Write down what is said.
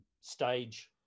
stage